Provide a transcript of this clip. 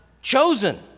Chosen